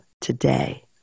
today